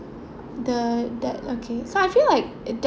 the debt okay so I feel like de~